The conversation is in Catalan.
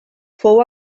fou